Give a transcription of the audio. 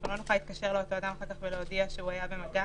לא נוכל להתקשר לאותו אדם אחר כך ולהודיע שהיה במגע,